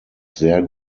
sehr